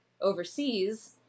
overseas